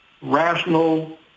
rational